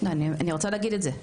אני רוצה להגיד את זה,